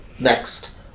next